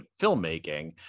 filmmaking